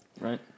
Right